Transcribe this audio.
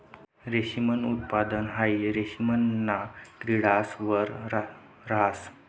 रेशमनं उत्पादन हाई रेशिमना किडास वर रहास